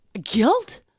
Guilt